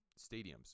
stadiums